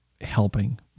helping